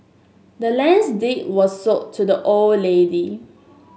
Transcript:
the land's deed was sold to the old lady